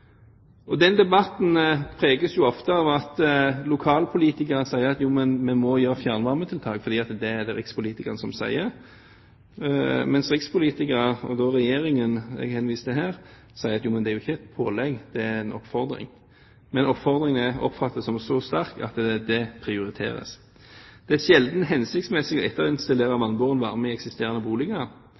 ha. Den debatten preges jo ofte av at lokalpolitikere sier jo, men vi må ha fjernvarmetiltak, fordi det er det rikspolitikerne sier, mens rikspolitikere, og da Regjeringen, som jeg henviser til her, sier jo, men det er ikke et pålegg, det er en oppfordring. Men oppfordringen er oppfattet som så sterk at det prioriteres. Det er sjelden hensiktsmessig å etterinstallere vannbåren varme i eksisterende boliger.